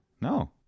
No